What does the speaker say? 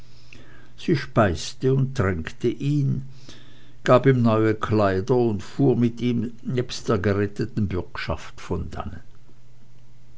sie speiste und tränkte ihn gab ihm neue kleider und fuhr mit ihm nebst der geretteten bürgschaft von dannen